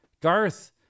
Garth